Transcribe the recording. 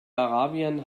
arabien